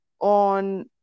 on